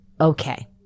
Okay